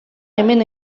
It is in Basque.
hemen